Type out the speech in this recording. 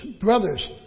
brothers